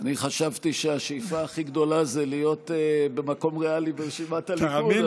אני חשבתי שהשאיפה הכי גדולה זה להיות במקום ריאלי ברשימת הליכוד.